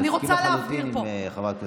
אני מסכים לחלוטין עם חברת הכנסת גוטליב.